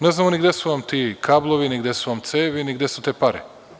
Ne znamo ni gde su vam ti kablovi, gde su vam cevi, ni gde su te pare.